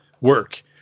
work